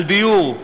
על דיור.